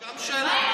רק שאלה.